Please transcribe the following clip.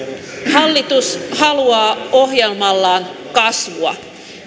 hallitus haluaa ohjelmallaan kasvua